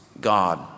God